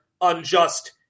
unjust